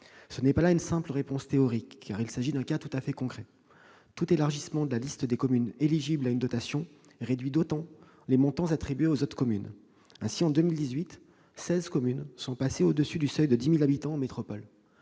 Ce n'est pas là une simple réponse théorique, il s'agit d'un cas tout à fait concret : tout élargissement de la liste des communes éligibles à une dotation réduit d'autant les montants attribués aux autres communes. Ainsi, en 2018, seize communes ont dépassé en métropole le seuil de 10 000 habitants. Si leurs